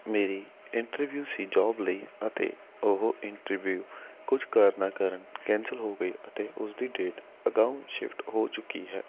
ਮੇਰੀ ਇੰਟਰਵਿਊ ਸੀ ਜੋਬ ਲਈ ਅਤੇ ਉਹ ਇੰਟਰਵਿਊ ਕੁਝ ਕਾਰਨਾਂ ਕਾਰਨ ਕੈਂਸਲ ਹੋ ਗਈ ਅਤੇ ਉਸਦੀ ਡੇਟ ਅਗਾਊਂ ਸ਼ਿਫਟ ਹੋ ਚੁੱਕੀ ਹੈ